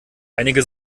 einige